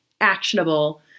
actionable